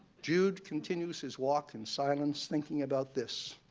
jude continues his walk in silence, thinking about this.